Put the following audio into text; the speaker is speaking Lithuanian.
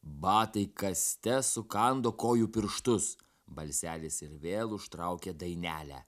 batai kąste sukando kojų pirštus balselis ir vėl užtraukė dainelę